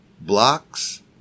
blocks